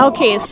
Okay